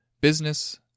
business